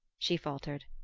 she faltered.